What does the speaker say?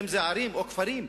ערים או כפרים,